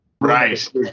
Right